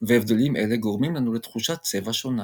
והבדלים אלה גורמים לנו לתחושת צבע שונה.